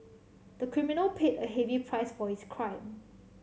the criminal paid a heavy price for his crime